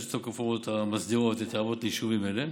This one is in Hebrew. של תוקף ההוראות המסדירות את ההטבות ליישובים אלה.